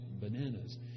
bananas